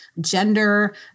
gender